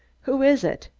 who is it?